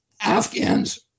Afghans